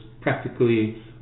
practically